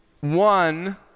one